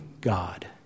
God